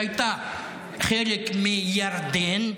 שהייתה חלק מירדן,